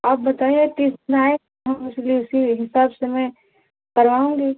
आप बताइए किस दिन आएं हम उसली उसी हिसाब से मैं करवाऊँगी